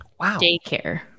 Daycare